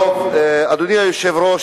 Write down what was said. אדוני היושב-ראש,